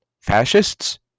fascists